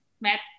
met